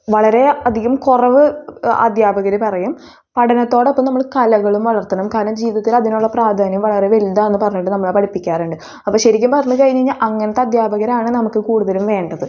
വളരെ അധികം കുറവ് അധ്യാപകർ പറയും പഠനത്തോടൊപ്പം നമ്മൾ കലകളും വളർത്തണം കാരണം ജീവിതത്തിൽ അതിനുള്ള പ്രാധാന്യം വളരെ വലുതാണെന്ന് പറഞ്ഞിട്ട് നമ്മളെ പഠിപ്പിക്കാറുണ്ട് അപ്പം ശരിക്കും പറഞ്ഞു കഴിഞ്ഞ് കഴിഞ്ഞാൽ അങ്ങനത്തെ അധ്യാപകരാണ് നമുക്ക് കൂടുതലും വേണ്ടത്